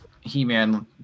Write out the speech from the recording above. He-Man